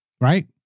Right